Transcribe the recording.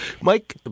Mike